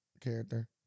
character